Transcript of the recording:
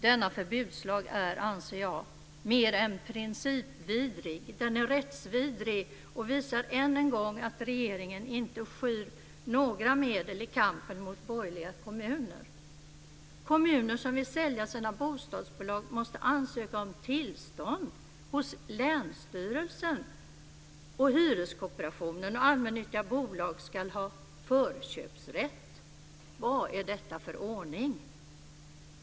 Denna förbudslag anser jag är mer än principvidrig. Den är rättsvidrig och visar än en gång att regeringen inte skyr några medel i kampen mot borgerliga kommuner. Kommuner som vill sälja sina bostadsbolag måste ansöka om tillstånd hos länsstyrelsen och hyreskooperationen, och allmännyttiga bolag ska ha förköpsrätt. Vad är detta för ordning?